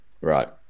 Right